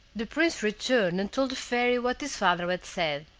the prince returned and told the fairy what his father had said